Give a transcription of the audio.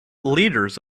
leaders